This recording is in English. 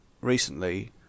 recently